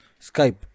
Skype